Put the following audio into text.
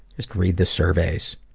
just read the surveys.